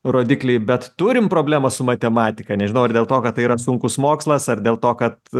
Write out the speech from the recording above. rodikliai bet turim problemą su matematika nežinau ar dėl to kad tai yra sunkus mokslas ar dėl to kad